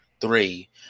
three